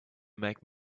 make